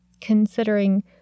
considering